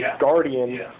guardian